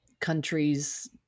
Countries